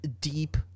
deep